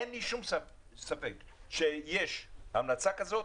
אין לי שום ספק שיש המלצה כזאת,